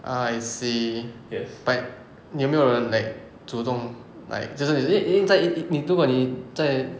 I see but 你有没有人 like 主动 like 就是 eh eh 在你你如果你在